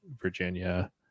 Virginia